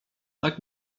tak